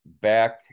back